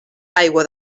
aigua